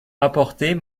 apporter